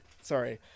sorry